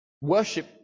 Worship